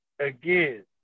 again